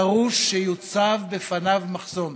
דרוש שיוצב בפניו מחסום.